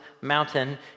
mountain